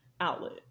outlet